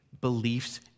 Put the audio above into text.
beliefs